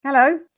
Hello